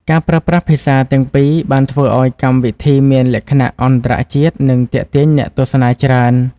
ការប្រើប្រាស់ភាសាទាំងពីរបានធ្វើឱ្យកម្មវិធីមានលក្ខណៈអន្តរជាតិនិងទាក់ទាញអ្នកទស្សនាច្រើន។